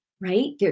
right